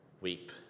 weep